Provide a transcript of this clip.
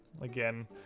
Again